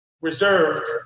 reserved